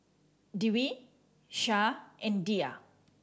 Dwi Syah and Dhia